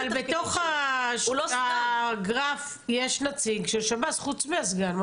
אבל בתוך הגרף יש נציג של שב"ס חוץ מהסגן.